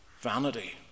vanity